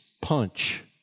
punch